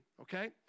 okay